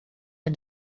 and